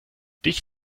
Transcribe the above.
dich